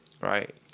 right